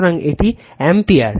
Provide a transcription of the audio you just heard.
সুতরাং এটি অ্যাম্পিয়ার